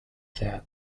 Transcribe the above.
their